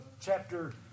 chapter